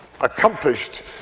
accomplished